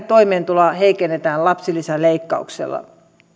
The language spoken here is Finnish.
toimeentuloa heikennetään lapsilisän leikkauksella